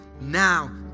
now